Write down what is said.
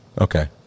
okay